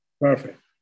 Perfect